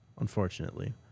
Unfortunately